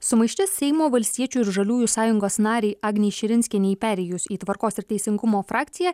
sumaištis seimo valstiečių ir žaliųjų sąjungos narei agnei širinskienei perėjus į tvarkos ir teisingumo frakciją